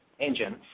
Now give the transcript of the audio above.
engine